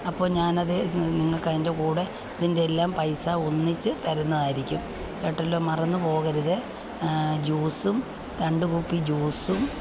അപ്പോൾ ഞാനത് നിങ്ങൾക്ക് അതിൻ്റെ കൂടെ അതിൻ്റെ എല്ലാം പൈസ ഒന്നിച്ച് തരുന്നതായിരിക്കും കേട്ടല്ലോ മറന്ന് പോകരുത് ജ്യൂസും രണ്ടു കുപ്പി ജ്യൂസും